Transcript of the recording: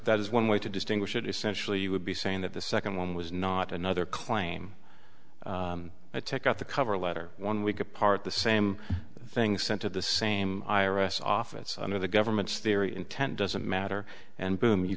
that is one way to distinguish it essentially would be saying that the second one was not another claim to take out the cover letter one week apart the same thing sent to the same i r s office under the government's theory intent doesn't matter and boom you